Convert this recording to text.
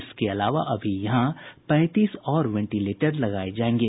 इसके अलावा अभी यहां पैंतीस और वेंटिलेटर लगाये जायेंगे